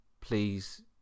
Please